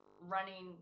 running